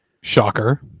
Shocker